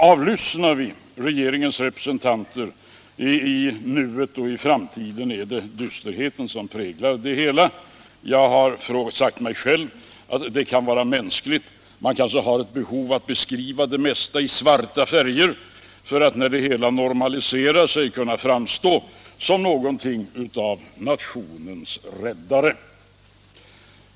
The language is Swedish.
Avlyssnar vi regeringens representanter i nuet och i framtiden, finner vi att det är dysterheten som präglar deras framställning. Jag har sagt mig själv att det kan vara mänskligt. Man kanske har ett behov av att beskriva det mesta i svarta färger för att, när läget normaliserar sig, kunna framstå som något av nationens räddare.